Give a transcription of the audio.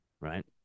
right